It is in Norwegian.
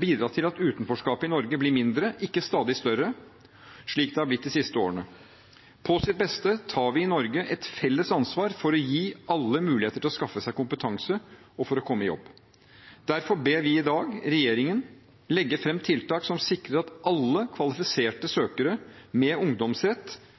bidra til at utenforskapet i Norge blir mindre, ikke stadig større, slik det har blitt de siste årene. På vårt beste tar vi i Norge et felles ansvar for å gi alle muligheter til å skaffe seg kompetanse og komme i jobb. Derfor ber vi i dag regjeringen legge fram tiltak som sikrer at alle kvalifiserte søkere med ungdomsrett